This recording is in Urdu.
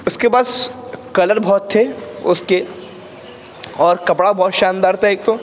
اس کے پاس کلر بہت تھے اس کے اور کپڑا بہت شاندار تھا ایک تو